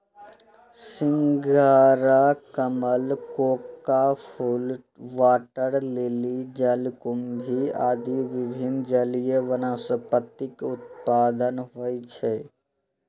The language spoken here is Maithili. सिंघाड़ा, कमल, कोका फूल, वाटर लिली, जलकुंभी आदि विभिन्न जलीय वनस्पतिक उत्पादन होइ छै